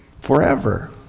Forever